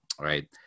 right